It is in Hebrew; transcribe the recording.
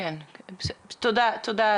תודה, תודה.